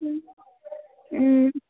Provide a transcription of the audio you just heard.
మ్మ్